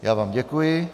Já vám děkuji.